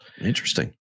Interesting